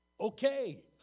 Okay